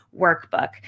workbook